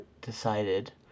decided